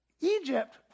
Egypt